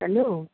hello